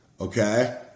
okay